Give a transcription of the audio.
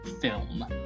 film